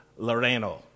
Loreno